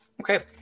Okay